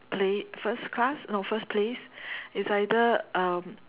place first class no first place it's either um